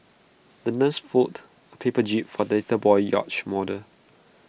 the nurse folded A paper jib for that little boy's yacht model